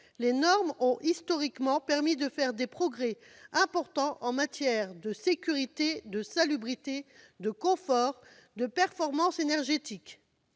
Les normes ont historiquement permis de faire des progrès importants en matière de sécurité, de salubrité, de confort et de performance énergétique.